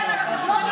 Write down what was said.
תודה.